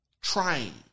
trying